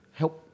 help